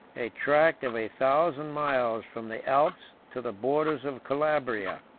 a tract of a thousand miles from the alps to the borders of calabria.